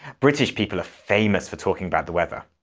british people are famous for talking about the weather.